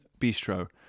bistro